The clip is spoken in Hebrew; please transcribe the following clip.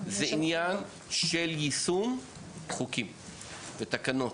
זה עניין של יישום חוקים ותקנות.